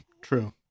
True